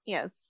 Yes